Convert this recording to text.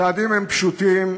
הצעדים הם פשוטים,